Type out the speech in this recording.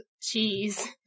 cheese